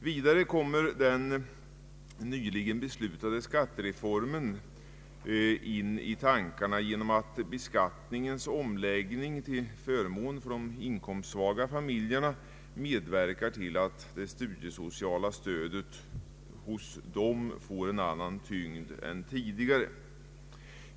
Vidare kommer den nyligen beslutade skattereformen i tankarna — beskattningens omläggning till förmån för de inkomstsvaga familjerna medverkar till att det studiesociala stödet hos dem får en annan tyngd än tidigare.